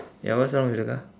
ya what's wrong with the car